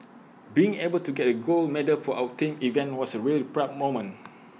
being able to get A gold medal for our team event was A really proud moment